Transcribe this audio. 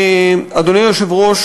אדוני היושב-ראש,